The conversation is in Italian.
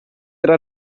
era